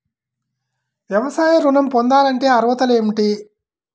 వ్యవసాయ ఋణం పొందాలంటే అర్హతలు ఏమిటి?